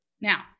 Now